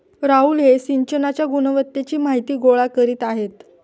राहुल हे सिंचनाच्या गुणवत्तेची माहिती गोळा करीत आहेत